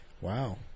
Wow